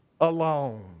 alone